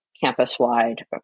campus-wide